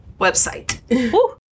website